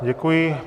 Děkuji.